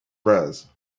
res